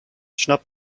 schnapp